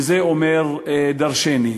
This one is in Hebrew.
וזה אומר דורשני.